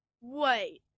Wait